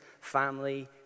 family